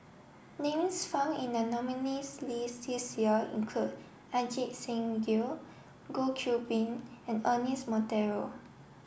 names found in the nominees' list this year include Ajit Singh Gill Goh Qiu Bin and Ernest Monteiro